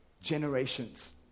generations